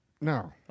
No